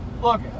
Look